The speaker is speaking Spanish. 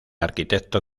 arquitecto